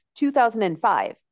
2005